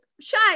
shy